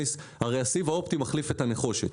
הסיב האופטי מחליף את הנחושת.